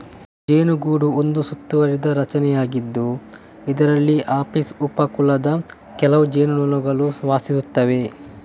ಜೇನುಗೂಡು ಒಂದು ಸುತ್ತುವರಿದ ರಚನೆಯಾಗಿದ್ದು, ಇದರಲ್ಲಿ ಅಪಿಸ್ ಉಪ ಕುಲದ ಕೆಲವು ಜೇನುಹುಳುಗಳು ವಾಸಿಸುತ್ತವೆ